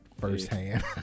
firsthand